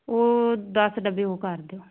ਉਹ ਦਸ ਡੱਬੇ ਉਹ ਕਰ ਦਿਓ